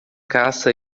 caça